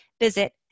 visit